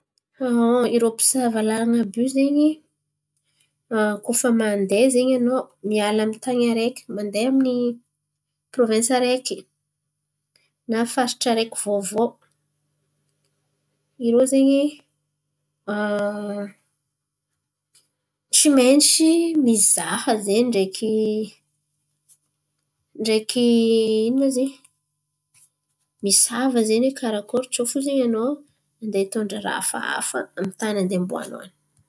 Irô mpisava lalan̈a àby io zen̈y, koa fa mandeha zen̈y anô miala tan̈y areky mandeha amy ny provensy areky, na faritra areky vôvô. Irô zen̈y tsy mainty mizaha zen̈y ndreky dreky. Ino ma izen̈y? Misava zen̈y karakory tsô fo zen̈y anô mitondra raha afahafa amitany boanô an̈y.